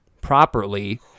properly